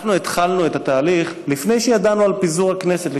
אנחנו התחלנו את התהליך לפני שידענו על פיזור הכנסת,